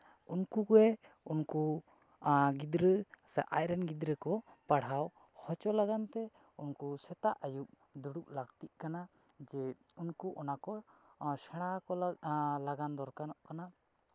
ᱩᱱᱠᱩ ᱜᱮ ᱩᱱᱠᱩ ᱜᱤᱫᱽᱨᱟᱹ ᱥᱮ ᱟᱡ ᱨᱮᱱ ᱜᱤᱫᱽᱨᱟᱹ ᱠᱚ ᱯᱟᱲᱦᱟᱣ ᱦᱚᱪᱚ ᱞᱟᱜᱟᱱ ᱛᱮ ᱩᱱᱠᱩ ᱥᱮᱛᱟᱜ ᱟᱹᱭᱩᱵ ᱫᱩᱲᱩᱵ ᱞᱟᱹᱠᱛᱤᱜ ᱠᱟᱱᱟ ᱡᱮ ᱩᱱᱠᱩ ᱚᱱᱟ ᱠᱚ ᱥᱮᱬᱟ ᱠᱚ ᱞᱟᱜᱟᱱ ᱫᱚᱨᱠᱟᱨᱚᱜ ᱠᱟᱱᱟ